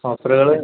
ഓഫറുകൾ